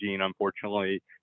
unfortunately